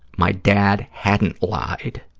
my dad hadn't lied.